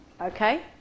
Okay